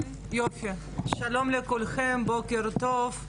שלום לכולכם, בוקר טוב,